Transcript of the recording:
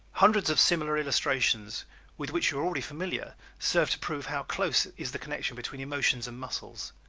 hundreds of similar illustrations with which you are already familiar serve to prove how close is the connection between emotions and muscles.